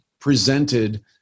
presented